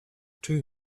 too